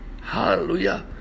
Hallelujah